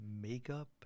makeup